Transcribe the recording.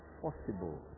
possible